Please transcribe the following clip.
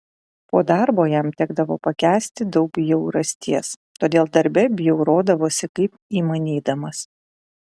po darbo jam tekdavo pakęsti daug bjaurasties todėl darbe bjaurodavosi kaip įmanydamas